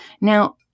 Now